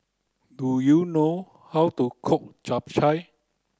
do you know how to cook chap chai